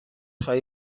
خواهی